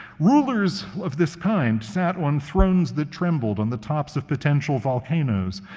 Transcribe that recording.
rulers of this kind sat on thrones that trembled on the tops of potential volcanoes.